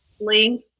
link